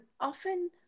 often